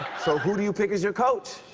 so, who do you pick as your coach?